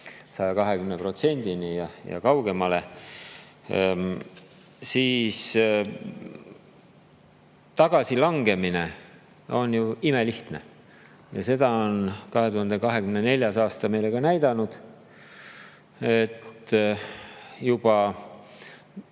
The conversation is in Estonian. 120%‑ni ja kaugemalegi. Tagasilangemine on ju imelihtne ja seda on 2024. aasta meile ka näidanud, et